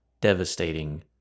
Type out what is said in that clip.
devastating